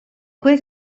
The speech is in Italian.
quel